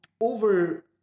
over